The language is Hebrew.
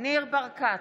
ניר ברקת,